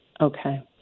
Okay